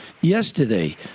Yesterday